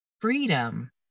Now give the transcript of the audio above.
Freedom